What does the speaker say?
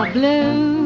like blue,